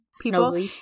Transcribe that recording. people